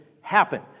happen